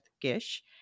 Gish